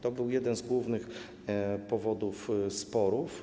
To był jeden z głównych powodów sporów.